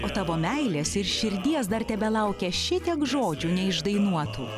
o tavo meilės ir širdies dar tebelaukia šitiek žodžių neišdainuotų